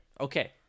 Okay